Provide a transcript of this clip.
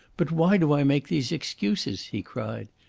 but why do i make these excuses? he cried.